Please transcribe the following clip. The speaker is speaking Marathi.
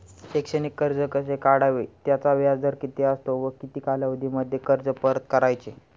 शैक्षणिक कर्ज कसे काढावे? त्याचा व्याजदर किती असतो व किती कालावधीमध्ये कर्ज परत करायचे?